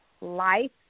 life